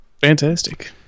fantastic